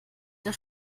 der